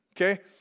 Okay